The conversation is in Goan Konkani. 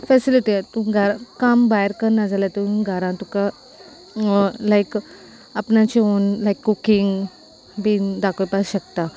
फेसिलिटी तूं घरां काम भायर करना जाल्या तूं घरान तुका लायक आपणाचें ओन कुकींग बीन दाखयपा शकता